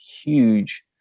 huge